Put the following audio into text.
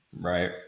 right